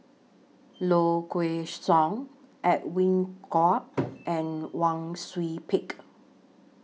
Low Kway Song Edwin Koek and Wang Sui Pick